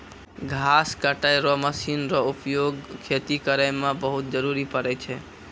घास कटै रो मशीन रो उपयोग खेती करै मे बहुत जरुरी पड़ै छै